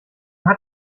hat